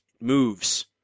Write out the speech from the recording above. moves